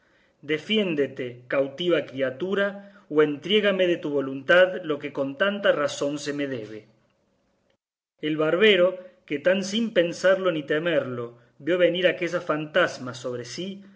defiéndete cautiva criatura o entriégame de tu voluntad lo que con tanta razón se me debe el barbero que tan sin pensarlo ni temerlo vio venir aquella fantasma sobre sí